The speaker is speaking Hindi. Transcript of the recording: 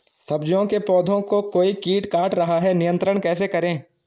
सब्जियों के पौधें को कोई कीट काट रहा है नियंत्रण कैसे करें?